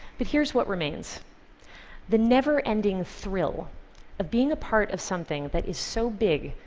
but here's what remains the never-ending thrill of being a part of something that is so big,